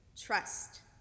Trust